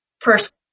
person